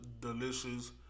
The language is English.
Delicious